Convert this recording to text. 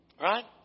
Right